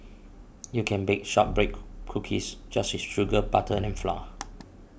you can bake Shortbread Cookies just with sugar butter and flour